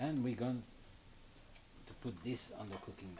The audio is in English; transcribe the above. and we're going to put this on the cooking